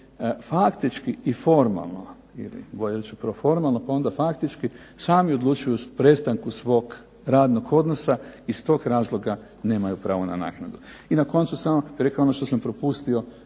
faktički i formalno ili bolje reći proformalno pa onda faktički sami odlučuju o prestanku svog radnog odnosa i iz tog razloga nemaju pravo na naknadu. I na koncu samo bih rekao ono što sam propustio